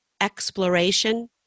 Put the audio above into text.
exploration